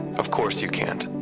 of course, you can't,